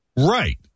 Right